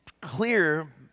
clear